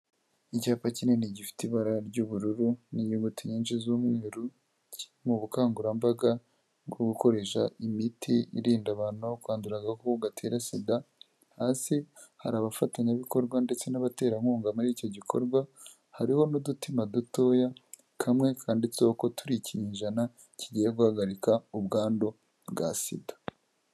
Icyapa kinini gifite ibara ry'ubururu n'inyuguti nyinshi z'umweru, mu bukangurambaga bwo gukoresha imiti irinda abantu kwandura agakoko gatera SIDA, hasi hari abafatanyabikorwa ndetse n'abaterankunga muri icyo gikorwa, hariho n'udutima dutoya, kamwe kanditseho ko turi ikinyejana kigiye guhagarika ubwandu bwa SIDA.